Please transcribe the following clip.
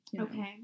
okay